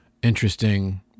interesting